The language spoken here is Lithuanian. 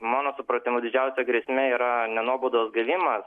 mano supratimu didžiausia grėsmė yra ne nuobaudos gavimas